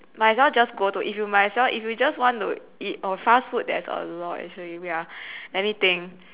might as well just go to if you might as well if you just want to eat oh fast food there's a lot actually wait ah let me think